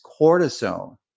cortisone